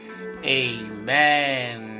Amen